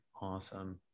awesome